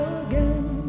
again